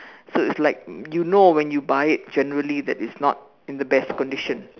so it's like you know when you buy it generally that it's not in the best condition